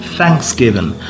Thanksgiving